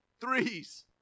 threes